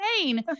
insane